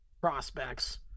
prospects